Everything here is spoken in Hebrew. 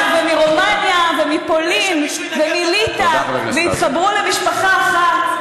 ומרומניה ומפולין ומליטא והתחברו למשפחה אחת.